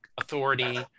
authority